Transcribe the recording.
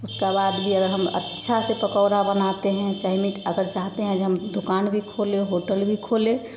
उसका बाद भी अगर हम अच्छा से पकौड़ा बनाते हैं चाहे मीट अगर चाहते हैं जे हम दुकान भी खोले होटल भी खोलें